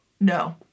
No